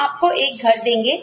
हम आपको एक घर देंगे